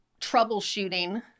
troubleshooting